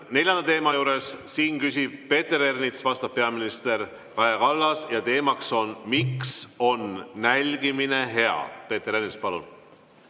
neljanda teema juures. Küsib Peeter Ernits, vastab peaminister Kaja Kallas ja teema on "Miks on nälgimine hea". Peeter Ernits, palun!